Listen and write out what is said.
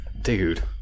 dude